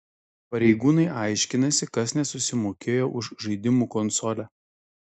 pareigūnai aiškinasi kas nesusimokėjo už žaidimų konsolę